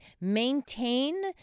maintain